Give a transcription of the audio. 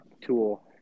tool